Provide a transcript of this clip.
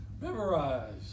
Memorize